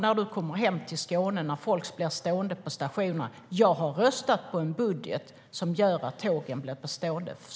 När du kommer hem till Skåne och träffar folk som blir stående på stationerna, hur kan du då förklara att du har röstat på en budget som gör att tågen blir stående?